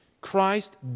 Christ